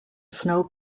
snow